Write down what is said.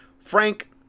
Frank